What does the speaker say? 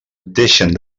deixen